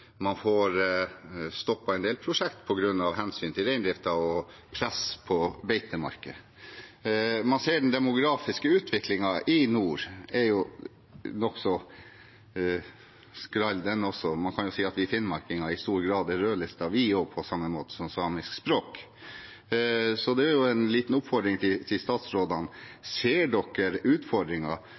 man får stoppet en del prosjekt på grunn av hensyn til reindrifta og press på beitemarker. Man ser at den demografiske utviklingen i nord er nokså skral. Man kan si at vi finnmarkinger i stor grad er rødlistet, vi også, på samme måte som samisk språk. Så en liten utfordring til statsrådene er: Ser